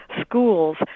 schools